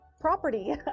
property